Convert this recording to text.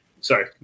sorry